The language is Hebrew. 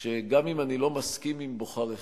שגם אם אני לא מסכים עם בוחריכם,